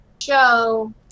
show